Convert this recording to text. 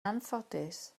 anffodus